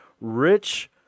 Rich